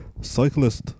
Cyclist